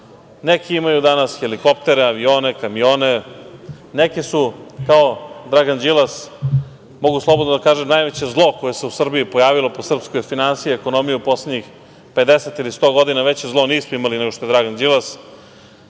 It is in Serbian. neki imaju danas helikoptere, avione, kamione. Neki su kao Dragan Đilas, mogu slobodno da kažem, najveće zlo koje se u Srbiji pojavilo po srpske finansije, ekonomiju u poslednjih 50 ili 100 godina. Veće zlo nismo imali nego što je Dragan Đilas. On